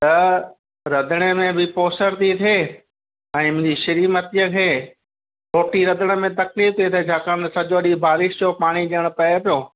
त रंधिणे में बि पोसर थी थिए ऐं मुंहिंजी श्रीमतीअ खे खोटी रंधिणे में तक़लीफ थी थिए छाकाणि त सॼो ॾींहुं बारिश जो पाणी ॼणु पए पियो